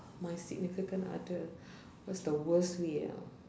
my significant other what's the worst way ah